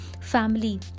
family